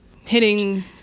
Hitting